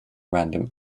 random